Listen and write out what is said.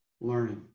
learning